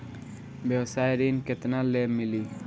व्यवसाय ऋण केतना ले मिली?